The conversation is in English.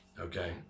okay